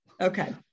Okay